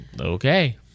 okay